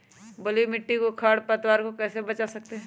बलुई मिट्टी को खर पतवार से कैसे बच्चा सकते हैँ?